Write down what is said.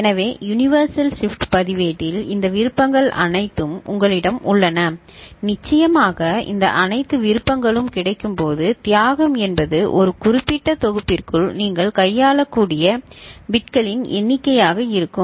எனவே universal shift பதிவேட்டில் இந்த விருப்பங்கள் அனைத்தும் உங்களிடம் உள்ளன நிச்சயமாக இந்த அனைத்து விருப்பங்களும் கிடைக்கும்போது தியாகம் என்பது ஒரு குறிப்பிட்ட தொகுப்பிற்குள் நீங்கள் கையாளக்கூடிய பிட்களின் எண்ணிக்கையாக இருக்கும்